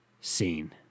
seen